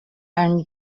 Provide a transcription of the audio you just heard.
and